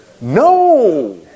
No